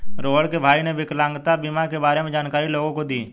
रोहण के भाई ने विकलांगता बीमा के बारे में जानकारी लोगों को दी